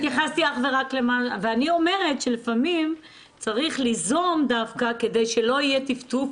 אני אומרת שלפעמים צריך ליזום דווקא כדי שלא טפטוף.